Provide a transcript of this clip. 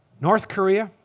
north korea,